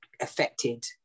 affected